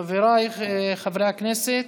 חבריי חברי הכנסת,